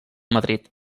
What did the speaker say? madrid